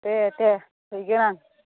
दे दे हैगोन आं